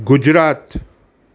Gujarat